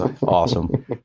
awesome